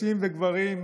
נשים וגברים,